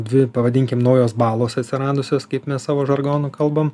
dvi pavadinkim naujos balos atsiradusios kaip mes savo žargonu kalbam